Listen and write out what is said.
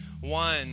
one